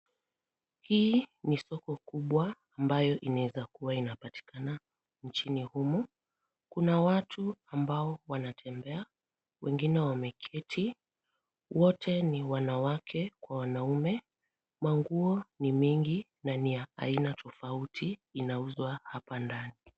Hii ni soko kubwa ambayo inawezakua inapatikana nchini humu, kuna watu ambao wanatembea, wengine wamecheti, wote ni wanawake kwa wanaume, mwanguo ni mengi na ni ya aina tofauti inauzwa hapa ndani.